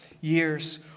years